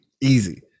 Easy